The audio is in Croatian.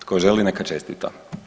Tko želi neka čestita.